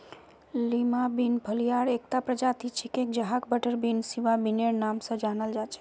Lima bean फलियार एकता प्रजाति छिके जहाक बटरबीन, सिवा बिनेर नाम स जानाल जा छेक